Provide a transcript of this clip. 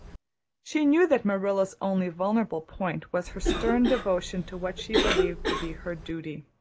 she knew that marilla's only vulnerable point was her stern devotion to what she believed to be her duty,